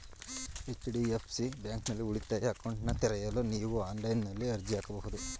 HDFC ಬ್ಯಾಂಕ್ನಲ್ಲಿ ಉಳಿತಾಯ ಅಕೌಂಟ್ನನ್ನ ತೆರೆಯಲು ನೀವು ಆನ್ಲೈನ್ನಲ್ಲಿ ಅರ್ಜಿ ಹಾಕಬಹುದು